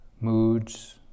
Moods